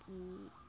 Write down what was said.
এই